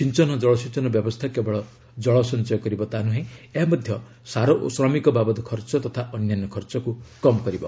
ସିଞ୍ଚନ ଜଳସେଚନ ବ୍ୟବସ୍ଥା କେବଳ କଳ ସଞ୍ଚୟ କରିବ ତା ନୃହେଁ ଏହା ମଧ୍ୟ ସାର ଓ ଶ୍ରମିକ ବାବଦ ଖର୍ଚ୍ଚ ତଥା ଅନ୍ୟାନ୍ୟ ଖର୍ଚ୍ଚକୁ କମ୍ କରିବ